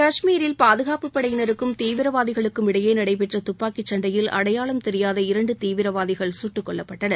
காஷ்மீரில் பாதுகாப்புப் படையினருக்கும் தீவிரவாதிகளுக்கும் இடையே நடைபெற்ற துப்பாக்கிச் சண்டையில் அடையாளம் தெரியாத இரண்டு தீவிரவாதிகள் சுட்டுக்கொல்லப்பட்டனர்